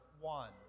one